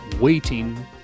waiting